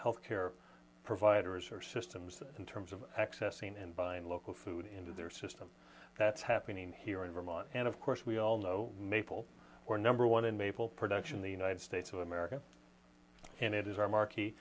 health care providers or systems in terms of accessing and buying local food into their system that's happening here in vermont and of course we all know maple we're number one in maple production the united states of america and it is our marquee